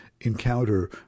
encounter